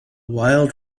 wild